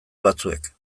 batzuek